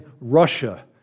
Russia